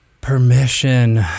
permission